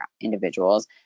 individuals